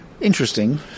interesting